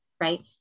right